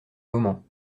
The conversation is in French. moments